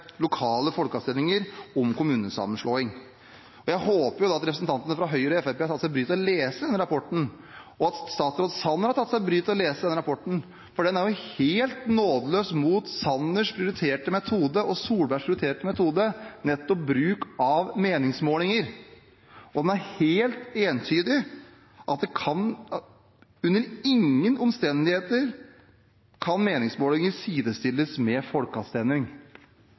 lokale folkeavstemninger om kommunesammenslåing. Jeg håper representantene fra Høyre og Fremskrittspartiet har tatt seg bryet med å lese den rapporten, og at statsråd Sanner har tatt seg bryet med å lese den rapporten, for den er helt nådeløs mot Sanners prioriterte metode og Solbergs prioriterte metode – nettopp bruk av meningsmålinger. Og den er helt entydig: Under ingen omstendigheter kan meningsmålinger sidestilles med folkeavstemning